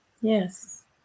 Yes